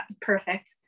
perfect